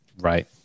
right